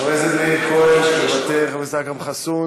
חבר הכנסת מאיר כהן, מוותר, חבר הכנסת אכרם חסון,